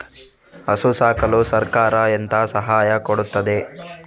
ಹಸು ಸಾಕಲು ಸರಕಾರ ಎಂತ ಸಹಾಯ ಕೊಡುತ್ತದೆ?